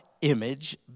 image